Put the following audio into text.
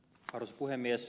arvoisa puhemies